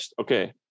Okay